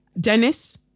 Dennis